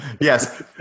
Yes